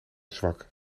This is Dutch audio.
zwak